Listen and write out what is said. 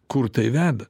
kur tai veda